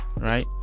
right